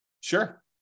Sure